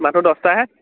মানুহ দহটাহে